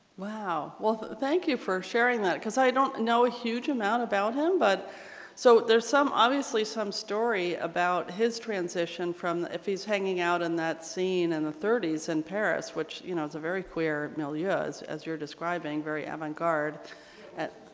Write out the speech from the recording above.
wow well thank you for sharing that because i don't know a huge amount about him but so there's some obviously some story about his transition from if he's hanging out in that scene and the thirty s in and paris which you know it's a very queer milieu as as you're describing very avant-garde and